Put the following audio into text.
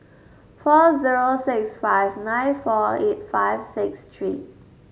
four zero six five nine four eight five six three